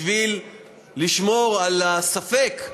בשביל לשמור על הספק,